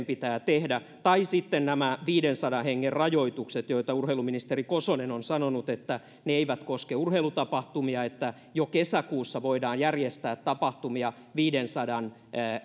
pitää tehdä tai sitten nämä viidensadan hengen rajoitukset joista urheiluministeri kosonen on sanonut että ne eivät koske urheilutapahtumia että jo kesäkuussa voidaan järjestää urheilutapahtumia viidensadan